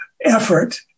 effort